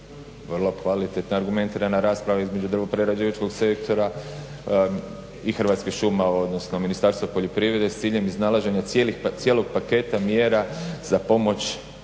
vrlo kvalitetna i argumentirana rasprava između drvoprerađivačkog sektora i Hrvatskih šuma, odnosno Ministarstva poljoprivrede s ciljem iznalaženja cijelog paketa mjera za pomoć